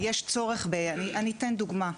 אני אתן דוגמא,